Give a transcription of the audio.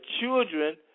children